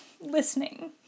listening